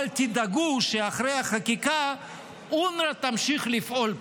אבל תדאגו שאחרי החקיקה אונר"א תמשיך לפעול פה,